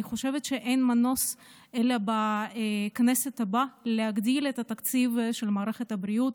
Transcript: אני חושבת שאין מנוס בכנסת הבאה מלהגדיל את התקציב של מערכת הבריאות.